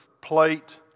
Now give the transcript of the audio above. plate